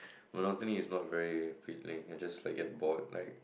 monotony is not very appealing I just like get bored like